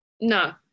No